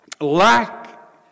Lack